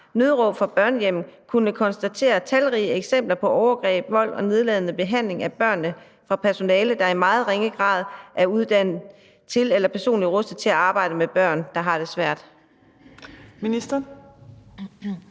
»Nødråb fra børnehjemmet« kunne konstatere talrige eksempler på overgreb, vold og nedladende behandling af børnene fra personale, der i meget ringe grad er uddannet til eller personligt rustet til at arbejde med børn, der har det svært?